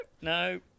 No